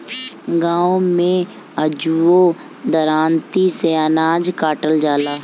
गाँव में अजुओ दराँती से अनाज काटल जाला